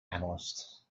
analyst